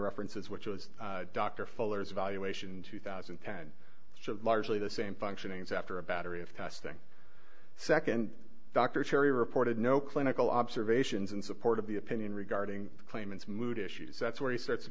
references which was dr fuller's evaluation in two thousand and ten largely the same functioning as after a battery of testing nd dr cherry reported no clinical observations in support of the opinion regarding claimants mood issues that's where he starts to